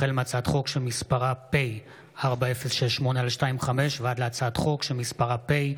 החל בהצעת חוק פ/4068/25 וכלה בהצעת חוק פ/4085/25: